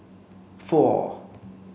four